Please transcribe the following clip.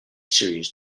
series